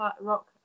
rock